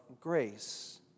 grace